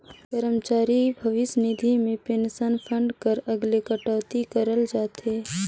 करमचारी भविस निधि में पेंसन फंड कर अलगे कटउती करल जाथे